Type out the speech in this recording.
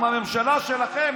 עם הממשלה שלכם,